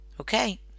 Okay